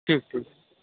ٹھیک ٹھیک